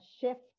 shift